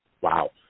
Wow